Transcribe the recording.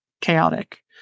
chaotic